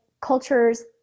cultures